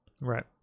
Right